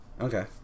Okay